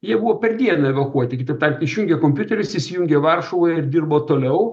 jie buvo per dieną evakuoti kitaip tariant išjungė kompiuterius įsijungė varšuvoje ir dirbo toliau